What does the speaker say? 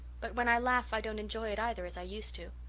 but when i laugh i don't enjoy it either, as i used to